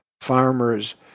Farmers